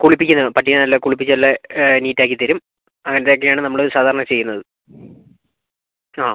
കുളിപ്പിക്കുന്നതും പട്ടീനെ നല്ല കുളിപ്പിച്ച് നല്ല നീറ്റ് ആക്കിത്തരും അങ്ങനത്തെ ഒക്കെ ആണ് നമ്മൾ സാധാരണ ചെയ്യുന്നത് ആ